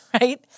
right